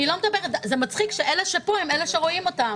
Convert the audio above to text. זה מצחיק שאלה שפה הם אלה שרואים אותם,